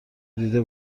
دیده